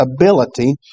ability